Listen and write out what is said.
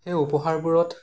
সেই উপহাৰবোৰত